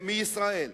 מישראל.